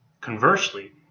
Conversely